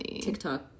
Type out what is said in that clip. TikTok